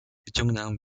wyciągnąłem